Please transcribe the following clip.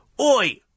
Oi